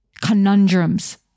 conundrums